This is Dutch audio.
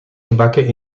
gebakken